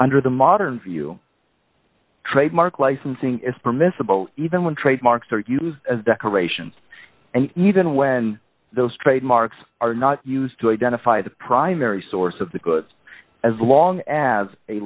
under the modern view trademark licensing is permissible even when trademarks are used as decorations and even when those trademarks are not used to identify the primary source of the goods as long as a